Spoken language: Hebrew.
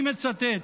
אני מצטט: